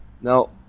now